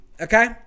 okay